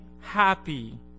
happy